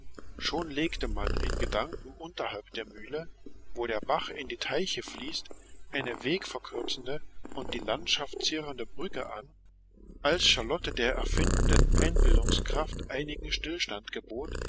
schon legte man in gedanken unterhalb der mühle wo der bach in die teiche fließt eine wegverkürzende und die landschaft zierende brücke an als charlotte der erfindenden einbildungskraft einigen stillstand